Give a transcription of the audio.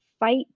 fight